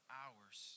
hours